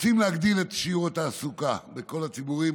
רוצים להגדיל את שיעור התעסוקה בכל הציבורים,